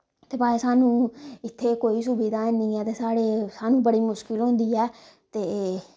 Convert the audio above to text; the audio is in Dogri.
ते भाएं साह्नू इत्थै कोई सुविधा हैैनी ऐ ते साढ़े स्हानू बड़ी मुश्कल होंदी ऐ ते